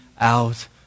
out